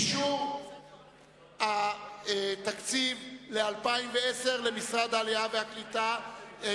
אישור התקציב ל-2010 למשרד לקליטת העלייה,